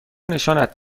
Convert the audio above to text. نشانت